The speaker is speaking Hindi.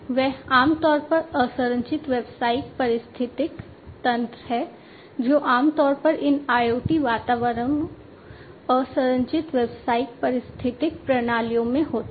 वे आमतौर पर असंरचित व्यावसायिक पारिस्थितिक तंत्र हैं जो आम तौर पर इन IoT वातावरणों असंरचित व्यावसायिक पारिस्थितिकी प्रणालियों में होते हैं